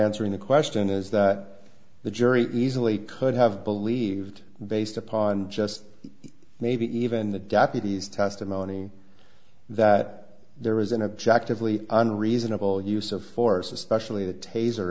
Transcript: answering the question is that the jury easily could have believed based upon just maybe even the deputies testimony that there is an objective leak and a reasonable use of force especially the tas